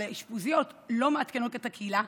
אבל האשפוזיות לא מעדכנות את הקהילה.